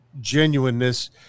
genuineness